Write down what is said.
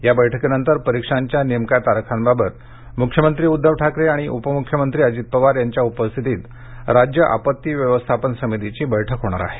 या बैठकीनंतर परीक्षांच्या नेमक्या तारखांबाबत मुख्यमंत्री उद्धव ठाकरे आणि उपमुख्यमंत्री अजित पवार यांच्या उपस्थितीत राज्य आपत्ती व्यवस्थापन समितीची बैठक होणार आहे